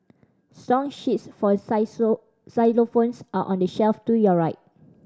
song sheets for xylophones are on the shelf to your right